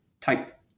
type